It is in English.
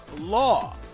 Law